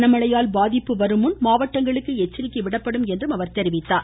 கனமழையால் பாதிப்பு வரும் முன் மாவட்டங்களுக்கு எச்சரிக்கை விடப்படும் எனவும் அவர் கூறினார்